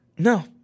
No